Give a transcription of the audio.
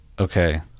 Okay